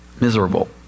miserable